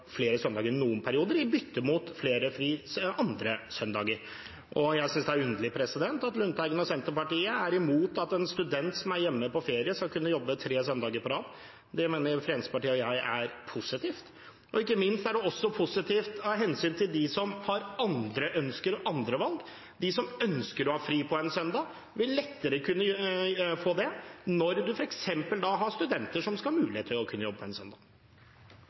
flere søndager i noen perioder i bytte mot fri andre søndager. Jeg synes det er underlig at Lundteigen og Senterpartiet er imot at en student som er hjemme på ferie, skal kunne jobbe tre søndager på rad. Det mener Fremskrittspartiet og jeg er positivt, og ikke minst er det også positivt av hensyn til dem som har andre ønsker og andre valg. De som ønsker å ha fri på en søndag, vil lettere kunne få det når det f.eks. er studenter som har mulighet til å jobbe på en